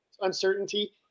uncertainty